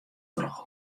troch